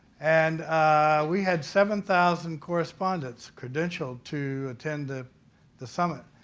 and we had seven thousand correspondents credentialed to attend ah the summit.